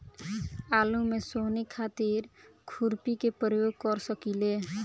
आलू में सोहनी खातिर खुरपी के प्रयोग कर सकीले?